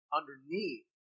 underneath